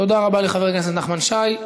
תודה רבה לחבר הכנסת נחמן שי.